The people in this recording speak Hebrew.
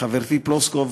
חברתי פלוסקוב